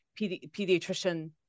pediatrician